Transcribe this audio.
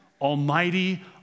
almighty